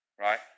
Right